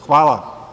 Hvala.